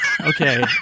Okay